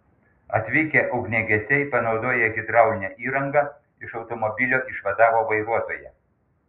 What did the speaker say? atvykę ugniagesiai panaudoję hidraulinę įrangą iš automobilio išvadavo vairuotoją